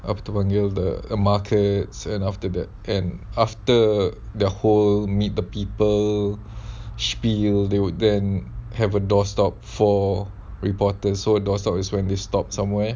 after one year of the markets and after that and after the whole meet the people see you they would then have a door stop for reporters so door stop is when they stop somewhere